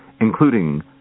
including